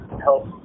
help